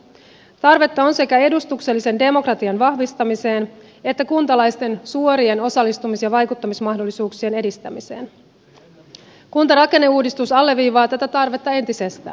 tarvetta on se kä edustuksellisen demokratian vahvistamiseen että kuntalaisten suorien osallistumis ja vai kuttamismahdollisuuksien edistämiseen kuntarakenneuudistus alleviivaa tätä tarvetta entisestään